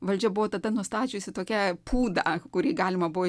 valdžia buvo tada nustačiusi tokią pūdą kurį galima buvo